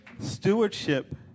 Stewardship